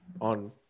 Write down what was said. on